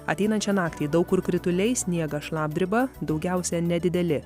ateinančią naktį daug kur krituliai sniegas šlapdriba daugiausia nedideli